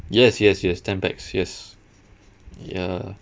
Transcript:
yes yes yes ten pax yes ya